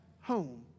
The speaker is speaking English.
home